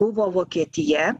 buvo vokietija